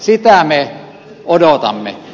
sitä me odotamme